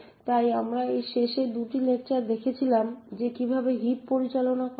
তাই আমরা এই শেষ দুটি লেকচারে দেখেছিলাম যে কীভাবে হিপ পরিচালনা করা হয়